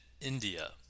India